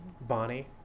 Bonnie